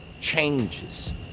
changes